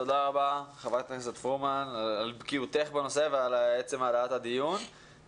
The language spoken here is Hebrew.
תודה רבה חברת הכנסת פרומן על בקיאותך בנושא ועל עצם העלאת הדיון.